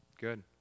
Good